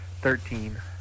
Thirteen